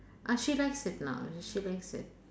uh she likes it now she likes it